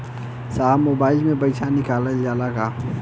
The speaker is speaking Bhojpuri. साहब मोबाइल से पैसा निकल जाला का?